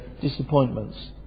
disappointments